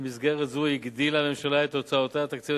במסגרת זו הגדילה הממשלה את הוצאותיה התקציביות